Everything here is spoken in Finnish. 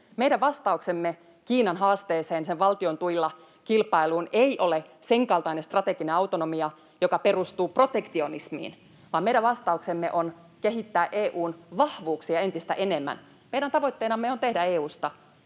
Meidän vastauksemme Kiinan haasteeseen, sen valtion tuilla kilpailuun, ei ole sen kaltainen strateginen autonomia, joka perustuu protektionismiin, vaan meidän vastauksemme on kehittää EU:n vahvuuksia entistä enemmän. Meidän tavoitteenamme on tehdä EU:sta